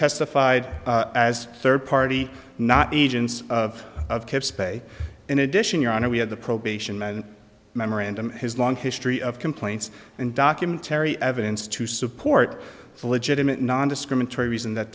testified as third party not agents of of cap space in addition your honor we have the probation and memorandum his long history of complaints and documentary evidence to support the legitimate nondiscriminatory reason that